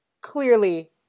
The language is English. clearly